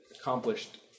Accomplished